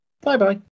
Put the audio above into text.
Bye-bye